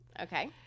Okay